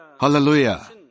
Hallelujah